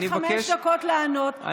אני קיבלתי חמש דקות לענות,